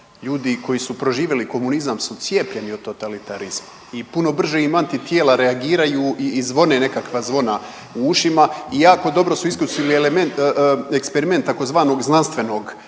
Ljudi koji su proživjeli komunizam su cijepljeni od totalitarizma i puno brže im antitijela reagiraju i zvone nekakva zvona u ušima i jako dobro su iskusili eksperiment tzv. znanstvenog